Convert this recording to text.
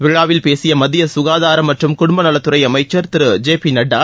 விழாவில் பேசிய மத்திய சுகாதாரம் மற்றும் குடும்பநலத்துறை அமைச்சர் திரு ஜே பி நட்டா